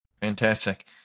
Fantastic